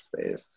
space